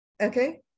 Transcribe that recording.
Okay